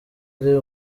ari